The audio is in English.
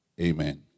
Amen